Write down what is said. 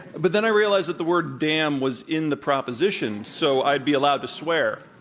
but then i realized that the word damn was in the proposition so i'd be allowed to swear.